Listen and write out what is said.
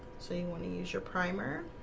so you want to use your primer,